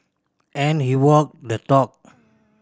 and he walked the talk